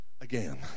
again